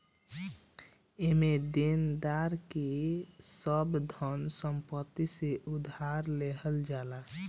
एमे देनदार के सब धन संपत्ति से उधार लेहल जाला